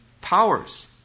powers